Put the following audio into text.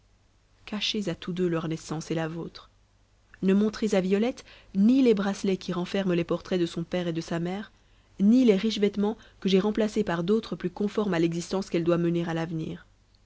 à tous deux leur naissance et la vôtre ne montrez à violette ni les bracelets qui renferment les portraits de son père et de sa mère ni les riches vêtements que j'ai remplacés par d'autres plus conformes à l'existence qu'elle doit mener à l'avenir